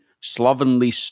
slovenly